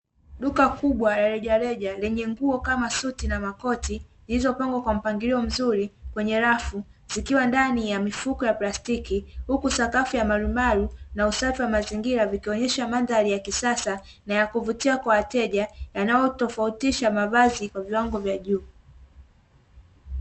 Duka kubwa rejareja, lenye nguo kama suti na makoti, zilizopangwa kwa mpangilio mzuri, kwenye rafu, zikiwa ndani ya mifuko ya plastiki, huku sakafu ya marumaru na usafi wa mazingira vikionyesha mandhari ya kisasa na ya kuvutia kwa wateja, yanayotofautisha mavazi kwa viwango vya juu.